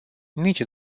nici